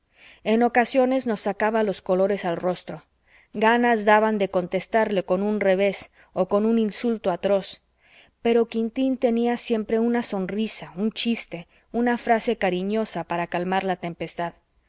en ocasiones nos sacaba los colores al rostro ganas daban de contestarle con un revés o con un insulto atroz pero quintín tenía siempre una sonrisa un chiste una frase cariñosa para calmar la tempestad